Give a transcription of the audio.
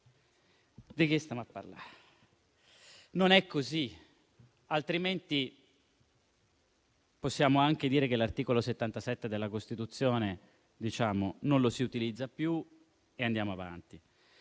di che cosa stiamo parlando? Non è così, altrimenti potremmo anche dire che l'articolo 77 della Costituzione non lo si utilizza più e andiamo avanti.